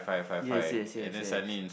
yes yes yes yes